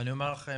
ואני אומר לכם,